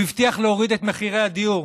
הוא הבטיח להוריד את מחירי הדיור.